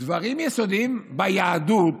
בדברים יסודיים ביהדות,